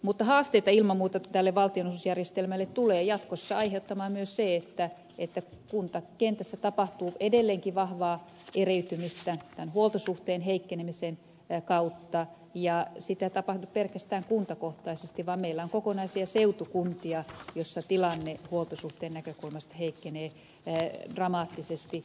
mutta haasteita ilman muuta tälle valtionosuusjärjestelmälle tulee jatkossa aiheuttamaan myös se että kuntakentässä tapahtuu edelleenkin vahvaa eriytymistä tämän huoltosuhteen heikkenemisen kautta ja sitä ei tapahdu pelkästään kuntakohtaisesti vaan meillä on kokonaisia seutukuntia joissa tilanne huoltosuhteen näkökulmasta heikkenee dramaattisesti